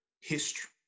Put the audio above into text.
history